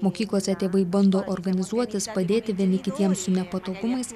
mokyklose tėvai bando organizuotis padėti vieni kitiems su nepatogumais